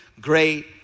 great